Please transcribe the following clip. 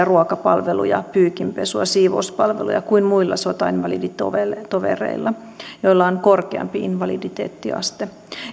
ruokapalveluja pyykinpesua siivouspalveluja kuin muilla sotainvaliditovereilla joilla on korkeampi invaliditeettiaste